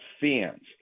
fans